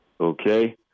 Okay